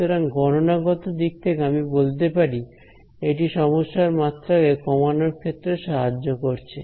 সুতরাং গণনাগত দিক থেকে আমি বলতে পারি এটি সমস্যার মাত্রাকে কমানোর ক্ষেত্রে সাহায্য করছে